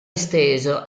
esteso